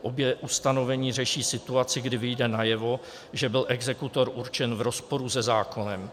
Obě ustanovení řeší situaci, kdy vyjde najevo, že byl exekutor určen v rozporu se zákonem.